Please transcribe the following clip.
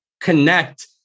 connect